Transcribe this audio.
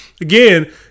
again